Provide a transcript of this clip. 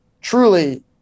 truly